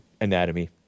anatomy